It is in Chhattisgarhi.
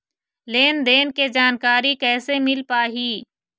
लेन देन के जानकारी कैसे मिल पाही?